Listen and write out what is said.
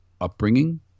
upbringing